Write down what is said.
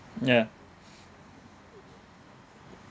yeah